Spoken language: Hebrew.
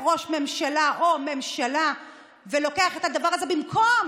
ראש ממשלה או ממשלה ולוקח את הדבר הזה במקום